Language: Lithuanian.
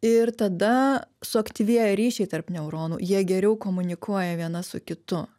ir tada suaktyvėja ryšiai tarp neuronų jie geriau komunikuoja viena su kitu